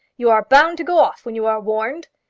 you are bound to go off when you are warned.